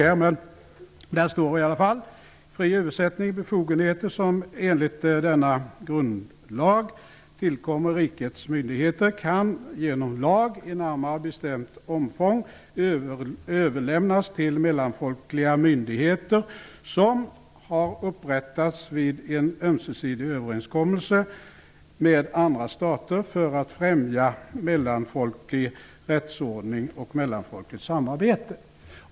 Så här står det: Befogenheter som enligt denna grundlag tillkommer rikets myndigheter kan genom lag i närmare bestämt omfång överlämnas till mellanfolkliga myndigheter som har upprättats vid en ömsesidig överenskommelse med andra stater för att främja mellanfolklig rättsordning och mellanfolkligt samarbete.